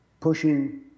pushing